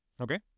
Okay